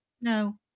No